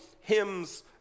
hymns